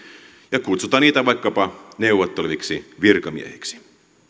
ja kutsutaan niitä vaikkapa neuvotteleviksi virkamiehiksi